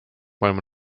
maailma